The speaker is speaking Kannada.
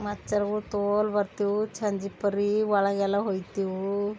ಮಚ್ಚರ್ಗಳು ತೋಲ್ ಬರ್ತೀವು ಸಂಜಿಕೆ ಪರ್ರೀ ಒಳಗೆ ಎಲ್ಲ ಹೋಯ್ತೀವು